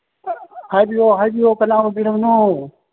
ꯍꯥꯏꯕꯤꯌꯣ ꯍꯥꯏꯕꯤꯌꯣ ꯀꯅꯥ ꯑꯣꯕꯤꯔꯕꯅꯣ